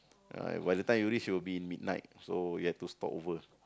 uh by the time you reach it will be midnight so you'll have to stop over